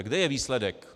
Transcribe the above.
Kde je výsledek?